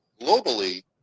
globally